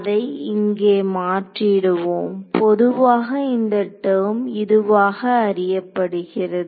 அதை இங்கே மாற்றிடுவோம் பொதுவாக இந்த டெர்ம் இதுவாக அறியப்படுகிறது